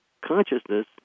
consciousness